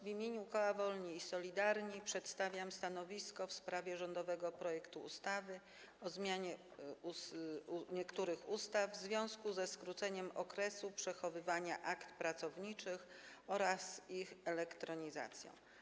W imieniu koła Wolni i Solidarni przedstawiam stanowisko w sprawie rządowego projektu ustawy o zmianie niektórych ustaw w związku ze skróceniem okresu przechowywania akt pracowniczych oraz ich elektronizacją.